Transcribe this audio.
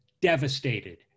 devastated